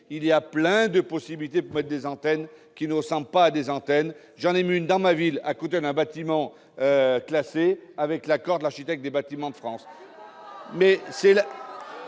multitude de possibilités pour installer des antennes qui ne ressemblent pas à des antennes ! J'en ai érigé une dans ma ville à côté d'un bâtiment classé, avec l'accord de l'architecte des Bâtiments de France.